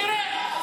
נראה.